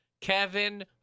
Kevin